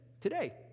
Today